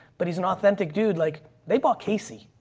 but he's an authentic dude. like they bought casey.